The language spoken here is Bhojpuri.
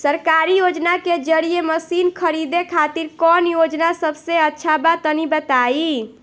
सरकारी योजना के जरिए मशीन खरीदे खातिर कौन योजना सबसे अच्छा बा तनि बताई?